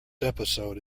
episode